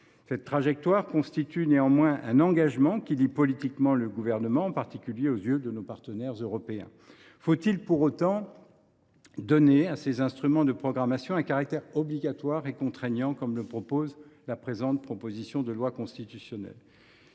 Cette trajectoire constitue néanmoins un engagement qui lie politiquement le Gouvernement, en particulier aux yeux de nos partenaires européens. Faut il pour autant donner à ces instruments de programmation un caractère obligatoire et contraignant, comme le prévoit la présente proposition de loi constitutionnelle ?